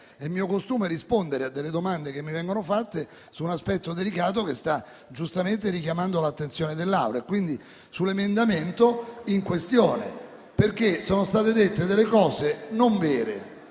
È mio costume rispondere a delle domande che mi vengono fatte su un aspetto delicato che sta giustamente richiamando l'attenzione dell'Aula e, quindi, sull'emendamento in questione. Sono state dette delle cose non vere.